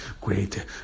great